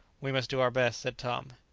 we must do our best, said tom.